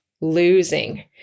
losing